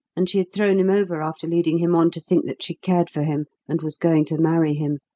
and she had thrown him over after leading him on to think that she cared for him and was going to marry him.